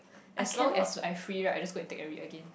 as long as I free like I just go and take and read again